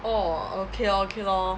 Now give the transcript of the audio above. orh okay lor okay lor